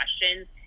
questions